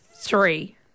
Three